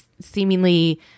seemingly